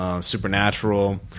Supernatural